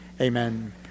Amen